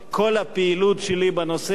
כל הפעילות שלי בנושא הזה,